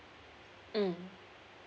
mm